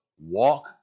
walk